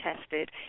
tested